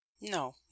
No